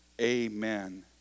amen